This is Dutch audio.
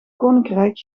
koninkrijk